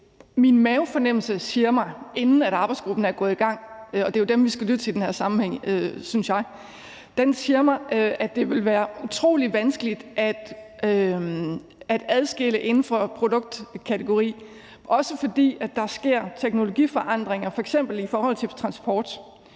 Min mavefornemmelse siger mig, inden arbejdsgruppen er gået i gang – det er jo dem, vi skal lytte til i den her sammenhæng, synes jeg – at det vil være utrolig vanskeligt at adskille inden for produktkategori, også fordi der sker teknologiforandringer, f.eks. i forhold til transport.